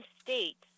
states